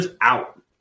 out